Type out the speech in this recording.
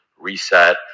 reset